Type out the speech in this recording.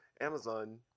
Amazon